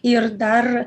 ir dar